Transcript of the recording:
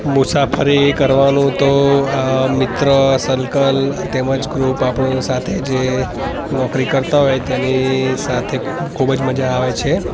મુસાફરી કરવાનું તો અ મિત્ર સર્કલ તેમજ ગ્રૂપ આપણી સાથે જે નોકરી કરતા હોય તેની સાથે ખૂબ જ મજા આવે છે